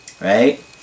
Right